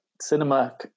Cinema